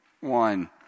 one